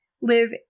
live